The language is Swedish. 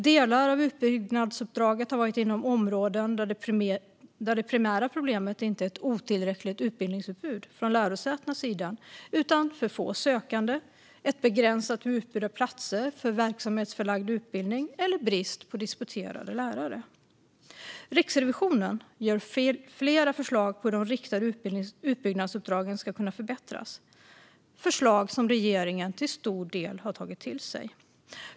Delar av utbyggnadsuppdragen har varit inom områden där det primära problemet inte är ett otillräckligt utbildningsutbud från lärosätenas sida utan för få sökande, ett begränsat utbud av platser för verksamhetsförlagd utbildning eller brist på disputerade lärare. Riksrevisionen ger flera förslag på hur de riktade utbyggnadsuppdragen ska kunna förbättras. Det är förslag som regeringen till stor del har tagit till sig.